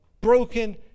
broken